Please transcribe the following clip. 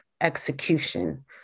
execution